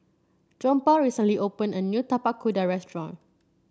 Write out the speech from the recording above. Johnpaul recently opened a new Tapak Kuda restaurant